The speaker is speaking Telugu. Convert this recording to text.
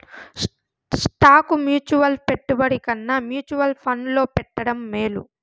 స్టాకు మ్యూచువల్ పెట్టుబడి కన్నా మ్యూచువల్ ఫండ్లో పెట్టడం మేలు